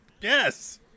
Yes